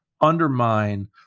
undermine